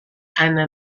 anna